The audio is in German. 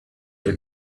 der